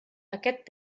aquest